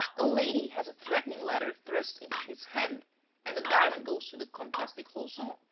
a lady has a threatening letter thrust into his hand and the diamond goes to the comtesse de crozon,